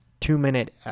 two-minute